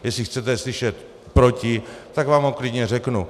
Jestli chcete slyšet proti, tak vám ho klidně řeknu.